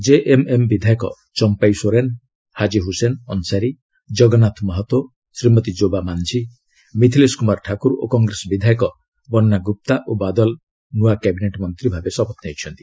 JMM ବିଧାୟକ ଚମ୍ପାଇ ସୋରେନ ହାଜି ହୁସେନ ଅନସାରୀ ଜଗନ୍ନାଥ ମାହତୋ ଶ୍ରୀମତୀ ଜୋବା ମାଂଝି ମିଥିଲେସ୍ କୁମାର ଠାକୁର ଓ କଂଗ୍ରେସ ବିଧାୟକ ବନ୍ଧାଗୁପ୍ତା ଓ ବାଦଲ ନୂଆ କ୍ୟାବିନେଟ୍ ମନ୍ତ୍ରୀ ଭାବେ ଶପଥ ନେଇଛନ୍ତି